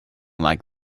like